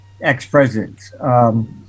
ex-presidents